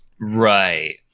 Right